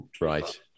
right